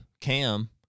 cam